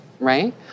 Right